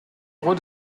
roi